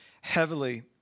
heavily